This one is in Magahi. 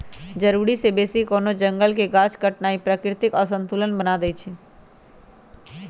जरूरी से बेशी कोनो जंगल के गाछ काटनाइ प्राकृतिक असंतुलन बना देइछइ